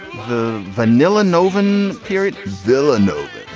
the vanilla noweven period. villa.